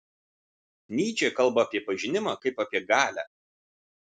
nyčė kalba apie pažinimą kaip apie galią